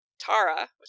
Tara